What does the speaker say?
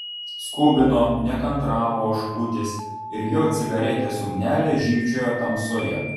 skubino nekantravo oškutis ir jo cigaretės ugnelė žybčiojo tamsoje